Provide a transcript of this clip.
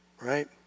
Right